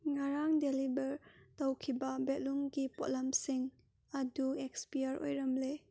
ꯉꯔꯥꯡ ꯗꯦꯂꯤꯕꯔ ꯇꯧꯈꯤꯕ ꯕꯦꯠꯔꯨꯝꯒꯤ ꯄꯣꯠꯂꯝꯁꯤꯡ ꯑꯗꯨ ꯑꯦꯛꯁꯄꯤꯌꯔ ꯑꯣꯏꯔꯝꯂꯦ